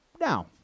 Now